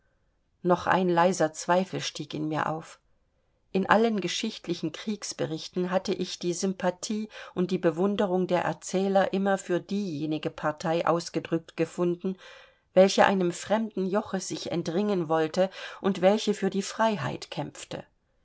noch ein leiser zweifel stieg in mir auf in allen geschichtlichen kriegsberichten hatte ich die sympathie und die bewunderung der erzähler immer für diejenige partei ausgedrückt gefunden welche einem fremden joche sich entringen wollte und welche für die freiheit kämpfte